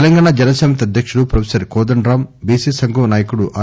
తెలంగాణ జనసమితి అధ్యకుడు professor Kodandaram BC సంఘం నాయకుడు ఆర్